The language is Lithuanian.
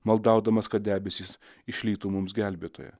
maldaudamas kad debesys išlytų mums gelbėtoją